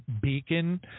beacon